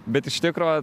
bet iš tikro